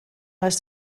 les